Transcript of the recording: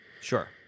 Sure